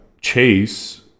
Chase